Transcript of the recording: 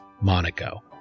Monaco